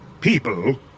people